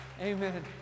Amen